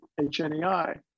HNEI